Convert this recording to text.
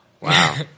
Wow